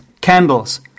candles